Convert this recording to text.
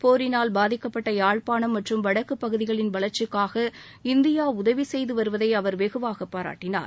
போரினால் பாதிக்கப்பட்ட யாழ்ப்பாணம் மற்றும் வடக்கு பகுதிகளின் வளர்ச்சிக்காக இந்தியா உதவி செய்து வருவதை அவர் வெகுவாக பாராட்டினார்